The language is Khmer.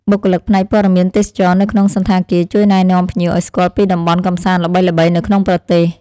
បុគ្គលិកផ្នែកព័ត៌មានទេសចរណ៍នៅក្នុងសណ្ឋាគារជួយណែនាំភ្ញៀវឱ្យស្គាល់ពីតំបន់កម្សាន្តល្បីៗនៅក្នុងប្រទេស។